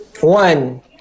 one